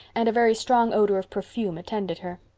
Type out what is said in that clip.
and a very strong odor of perfume attended her.